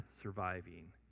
surviving